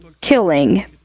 killing